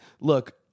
Look